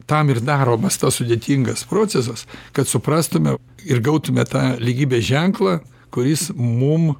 tam ir daromas tas sudėtingas procesas kad suprastume ir gautume tą lygybės ženklą kuris mum